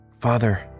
father